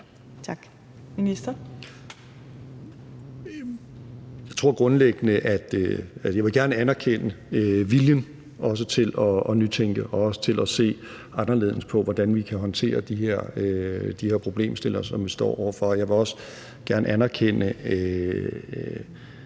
Jeg vil gerne anerkende viljen til at nytænke og også til at se anderledes på, hvordan vi kan håndtere de her problemstillinger, som vi står over for. Jeg vil også gerne anerkende